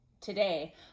Today